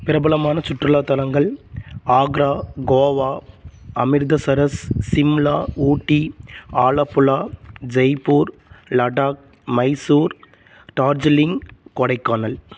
பிரபலமான சுற்றுலா தலங்கள் ஆக்ரா கோவா அமிர்தசரஸ் சிம்லா ஊட்டி ஆலப்புழா ஜெய்ப்பூர் லடாக் மைசூர் டார்ஜிலிங் கொடைக்கானல்